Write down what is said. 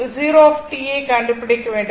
V 0 t ஐக் கண்டுபிடிக்க வேண்டும்